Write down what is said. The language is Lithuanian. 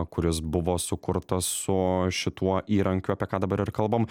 kuris buvo sukurtas su šituo įrankiu apie ką dabar ir kalbam